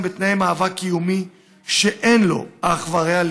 גם בתנאי מאבק קיומי שאין לו אח ורע,